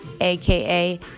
aka